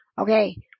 Okay